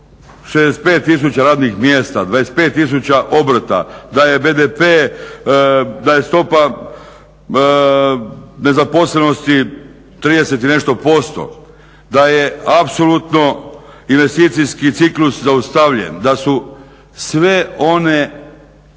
365 000 radnih mjesta, 25 000 obrta, da je BDP da je stopa nezaposlenosti 30 i nešto posto, da je apsolutno investicijski ciklus zaustavljen, da su sve one